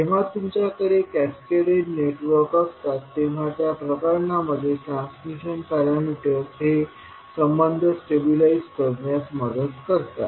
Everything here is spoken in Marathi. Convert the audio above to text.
जेव्हा तुमच्याकडे कॅस्केडेड नेटवर्क असतात तेव्हा त्या प्रकरणांमध्ये ट्रांसमिशन पॅरामीटर्स हे संबंध स्टेबलाइज करण्यात मदत करतात